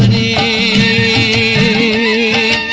a